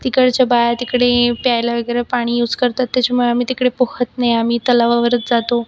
तिकडच्या बाया तिकडे प्यायला वगैरे पाणी यूज करतात त्याच्यामुळे आम्ही तिकडे पोहत नाही आम्ही तलावावरच जातो